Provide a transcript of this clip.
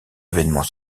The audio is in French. événement